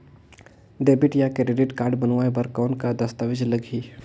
Debit या credit card बनवाय बर कौन का दस्तावेज लगही?